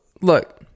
look